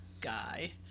guy